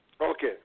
Okay